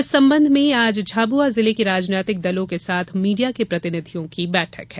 इस संबंध मे आज झाबुआ जिले की राजनैतिक दलो के साथ मीडिया के प्रतिनिधियों की बैठक है